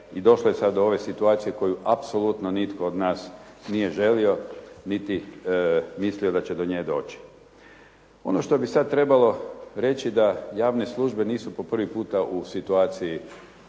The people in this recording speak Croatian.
i došlo je sada do ove situacije koju apsolutno nitko od nas nije želio niti mislio da će do nje doći. Ono što bi sad trebalo reći da javne službe nisu po prvi puta u situaciji,